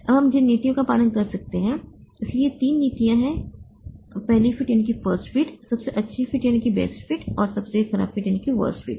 अब हम जिन नीतियों का पालन कर सकते हैं इसलिए ये तीन नीतियां हैं पहली फिट सबसे अच्छी फिट और सबसे खराब फिट